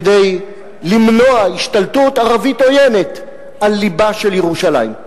כדי למנוע השתלטות ערבית עוינת על לבה של ירושלים.